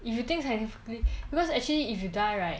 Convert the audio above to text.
if you think scientifically because actually if you die right